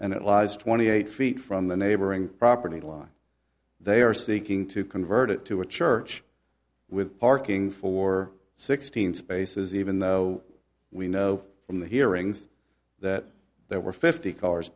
and it lies twenty eight feet from the neighboring property line they are seeking to convert it to a church with parking for sixteen spaces even though we know from the hearings that there were fifty cars